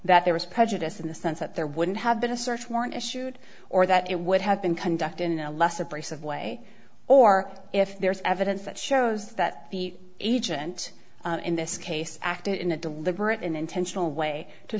that there was prejudice in the sense that there wouldn't have been a search warrant issued or that it would have been conducted in a less abrasive way or if there's evidence that shows that the agent in this case acted in a deliberate intentional way to